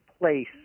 place